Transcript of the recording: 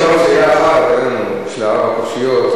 לא נשאלנו שאלה אחת בשביל ארבע הקושיות,